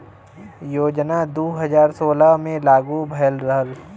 योजना दू हज़ार सोलह मे लागू भयल रहल